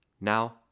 now